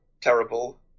terrible